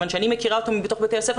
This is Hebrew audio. כיוון שאני מכירה אותם מתוך בתי הספר